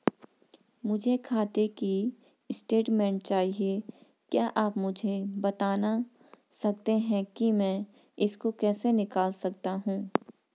मुझे खाते की स्टेटमेंट चाहिए क्या आप मुझे बताना सकते हैं कि मैं इसको कैसे निकाल सकता हूँ?